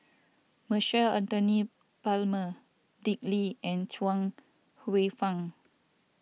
Michael Anthony Palmer Dick Lee and Chuang Hsueh Fang